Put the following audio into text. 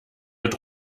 mit